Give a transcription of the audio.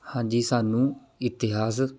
ਹਾਂਜੀ ਸਾਨੂੰ ਇਤਿਹਾਸ